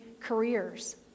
careers